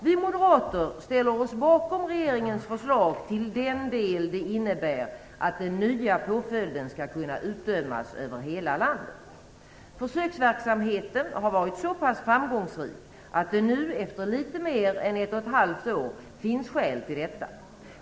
Vi moderater ställer oss bakom regeringens förslag i den del som innebär att den nya påföljden skall kunna utdömas över hela landet. Försöksverksamheten har varit så pass framgångsrik att det nu, efter litet mer än ett och ett halvt år, finns skäl för detta.